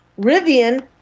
Rivian